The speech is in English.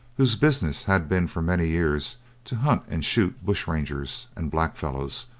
whose business had been for many years to hunt and shoot bushrangers and black-fellows,